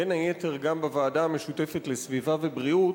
בין היתר גם בוועדה המשותפת לסביבה ובריאות,